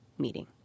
meeting